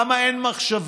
למה אין מחשבה?